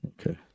Okay